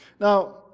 Now